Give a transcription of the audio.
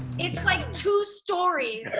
it's, like, two stories!